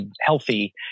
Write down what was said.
healthy